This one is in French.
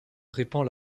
répand